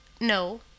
No